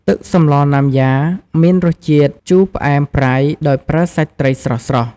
ទឹកសម្លណាំយ៉ាមានរសជាតិជូរផ្អែមប្រៃដោយប្រើសាច់ត្រីស្រស់ៗ។